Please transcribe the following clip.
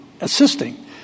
assisting